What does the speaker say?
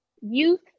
youth